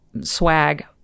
swag